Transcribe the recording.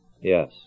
Yes